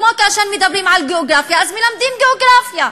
כמו שכאשר מדברים על גיאוגרפיה מלמדים גיאוגרפיה.